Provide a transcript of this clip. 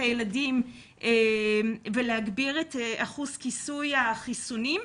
הילדים ולהגביר את אחוז כיסוי החיסונים.